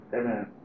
Amen